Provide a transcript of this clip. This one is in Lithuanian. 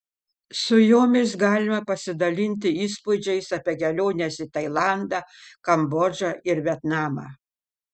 su jomis galima pasidalinti įspūdžiais apie keliones į tailandą kambodžą ir vietnamą